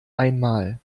einmal